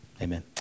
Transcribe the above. Amen